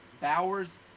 Bowers